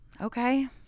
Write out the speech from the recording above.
okay